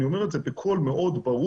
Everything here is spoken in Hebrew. אני אומר את זה בקול מאוד ברור,